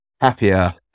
happier